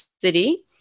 City